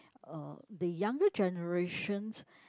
uh the younger generations